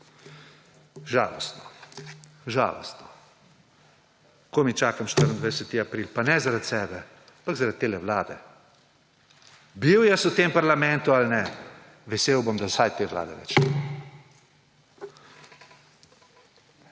Žalostno, žalostno. Komaj čakam 24. april pa ne, zaradi sebe, ampak zaradi te Vlade. Bil jaz v tem parlamentu ali ne vesel bom, da vsaj te Vlade več